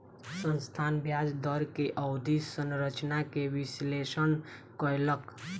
संस्थान ब्याज दर के अवधि संरचना के विश्लेषण कयलक